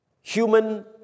Human